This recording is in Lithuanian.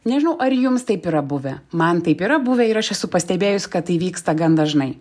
nežinau ar jums taip yra buvę man taip yra buvę ir aš esu pastebėjus kad tai vyksta gan dažnai